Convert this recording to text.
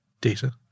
data